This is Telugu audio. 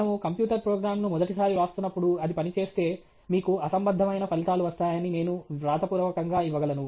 మనము కంప్యూటర్ ప్రోగ్రామ్ను మొదటిసారి వ్రాస్తున్నప్పుడు అది పనిచేస్తే మీకు అసంబద్ధమైన ఫలితాలు వస్తాయని నేను వ్రాతపూర్వకంగా ఇవ్వగలను